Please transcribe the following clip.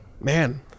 Man